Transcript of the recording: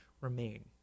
remain